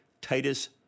Titus